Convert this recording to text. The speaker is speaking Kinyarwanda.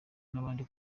n’abandi